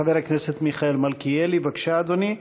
חבר הכנסת מיכאל מלכיאלי, בבקשה, אדוני.